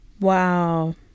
Wow